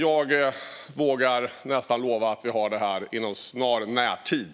Jag vågar nästan lova att vi har detta inom en snar närtid.